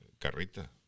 carreta